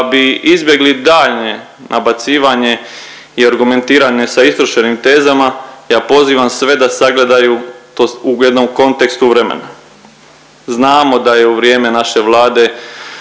da bi izbjegli daljnje nabacivanje i argumentiranje sa istrošenim tezama ja pozivam sve da sagledaju u jednom kontekstu vremena. Znamo da je u vrijeme naše Vlade